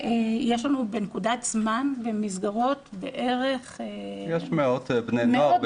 יש לנו בנקודת זמן במסגרות בערך --- יש מאות בני נוער,